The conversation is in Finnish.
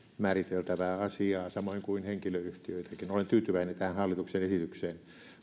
määriteltävää asiaa samoin kuin henkilöyhtiöitä olen tyytyväinen tähän hallituksen esitykseen